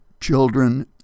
children